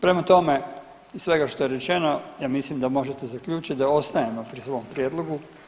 Prema tome iz svega što je rečeno ja mislim da možete zaključiti da ostajemo pri svom prijedlogu.